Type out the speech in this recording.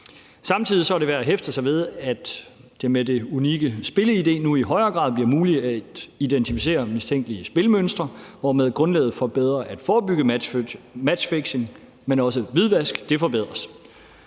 Samtidig er det værd at hæfte sig ved, at det med det unikke spiller-id nu i højere grad bliver muligt at identificere mistænkelige spilmønstre, hvormed grundlaget for bedre at forebygge matchfixing, men også hvidvask, forbedres.